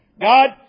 God